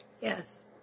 yes